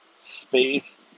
space